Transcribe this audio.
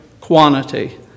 quantity